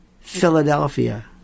Philadelphia